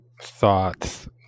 thoughts